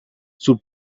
sul